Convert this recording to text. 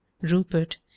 rupert